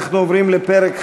אנחנו עוברים לפרק ח'.